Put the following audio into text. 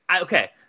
Okay